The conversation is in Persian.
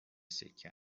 سکه